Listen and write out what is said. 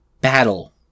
battle